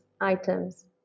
items